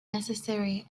necessary